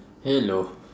hello